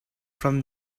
from